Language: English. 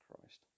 Christ